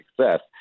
success